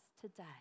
today